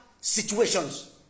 situations